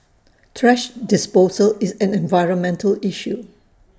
thrash disposal is an environmental issue